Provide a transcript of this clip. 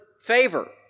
favor